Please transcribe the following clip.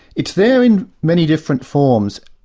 it's there in many different forms.